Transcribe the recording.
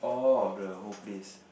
of the whole place